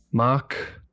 Mark